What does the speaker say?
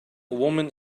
woman